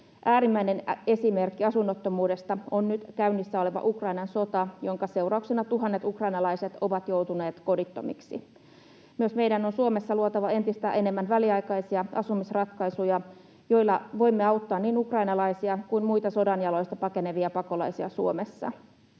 Äärimmäinen esimerkki asunnottomuudesta on nyt käynnissä oleva Ukrainan sota, jonka seurauksena tuhannet ukrainalaiset ovat joutuneet kodittomiksi. Myös meidän on Suomessa luotava entistä enemmän väliaikaisia asumisratkaisuja, joilla voimme auttaa niin ukrainalaisia kuin muita sodan jaloista pakenevia pakolaisia Suomessa.